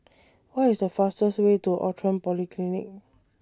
What IS The fastest Way to Outram Polyclinic